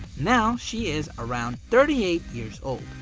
now she is around thirty eight years old.